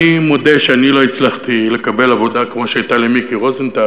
אני מודה שאני לא הצלחתי לקבל עבודה כמו שהייתה למיקי רוזנטל,